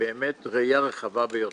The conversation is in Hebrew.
באמת ראייה רחבה ביותר,